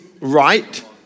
right